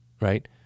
right